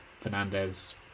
Fernandez